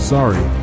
Sorry